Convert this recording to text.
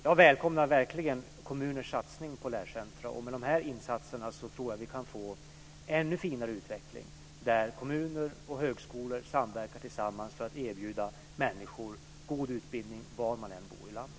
Jag välkomnar kommuners satsningar på lärcentrum. Med de insatserna tror jag att vi kan få en ännu finare utveckling där kommuner och högskolor samverkar tillsammans för att erbjuda människor god utbildning var de än bor i landet.